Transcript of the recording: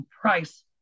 price